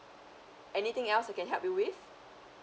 anything else I can help you with